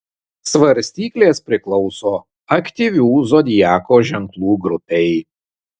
svarstyklės priklauso aktyvių zodiako ženklų grupei